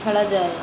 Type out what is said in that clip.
ଖେଳାଯାଏ